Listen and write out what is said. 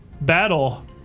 battle